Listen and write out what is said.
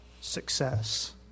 success